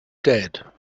dead